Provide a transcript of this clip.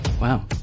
Wow